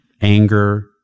Anger